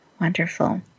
Wonderful